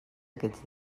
aquests